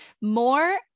More